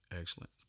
excellent